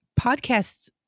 Podcasts